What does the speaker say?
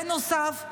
בנוסף,